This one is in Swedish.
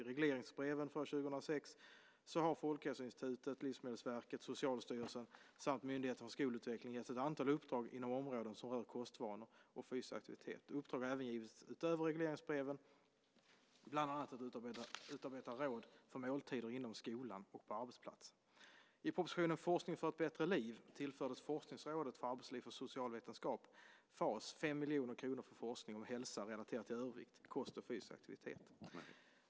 I regleringsbreven för år 2006 har Folkhälsoinstitutet, Livsmedelsverket, Socialstyrelsen samt Myndigheten för skolutveckling, MSU, getts ett antal uppdrag inom områden som rör kostvanor och fysisk aktivitet. Uppdrag har även givits utöver regleringsbreven, bland annat att utarbeta råd för måltider inom skolan och på arbetsplatsen. I proposition Forskning för ett bättre liv tillfördes Forskningsrådet för arbetsliv och socialvetenskap, FAS, 5 miljoner kronor för forskning om hälsa relaterad till övervikt, kost och fysisk aktivitet.